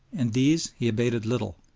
and these he abated little.